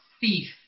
thief